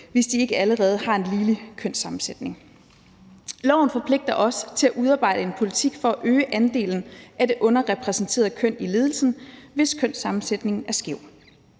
hvis de ikke allerede har en ligelig kønssammensætning. Loven forpligter ogsåtil at udarbejde en politik for at øge andelen af det underrepræsenterede køn i ledelsen, hvis kønssammensætningen er skæv.